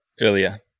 earlier